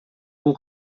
бул